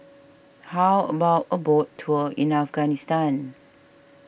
how about a boat tour in Afghanistan